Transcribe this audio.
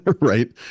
right